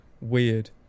weird